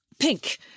Pink